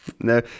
No